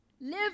Live